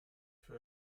für